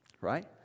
Right